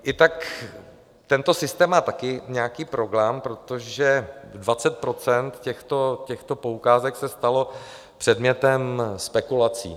I tento systém má nějaký problém, protože 20 % těchto poukázek se stalo předmětem spekulací.